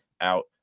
out